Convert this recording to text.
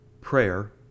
prayer